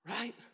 Right